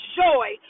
joy